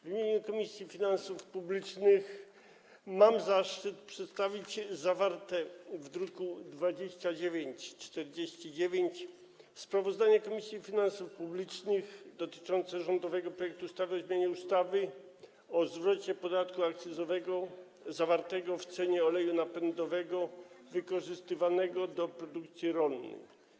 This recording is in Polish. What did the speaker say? W imieniu Komisji Finansów Publicznych mam zaszczyt przedstawić zawarte w druku nr 2949 sprawozdanie Komisji Finansów Publicznych dotyczące rządowego projektu ustawy o zmianie ustawy o zwrocie podatku akcyzowego zawartego w cenie oleju napędowego wykorzystywanego do produkcji rolnej.